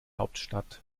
hauptstadt